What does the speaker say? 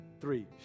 three